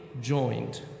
joined